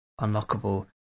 unlockable